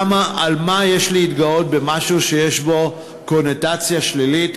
על מה יש להתגאות במשהו שיש בו קונוטציה שלילית,